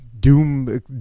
Doom